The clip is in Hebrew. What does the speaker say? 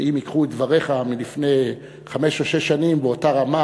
שאם ייקחו את דבריך מלפני חמש או שש שנים באותה רמה